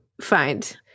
find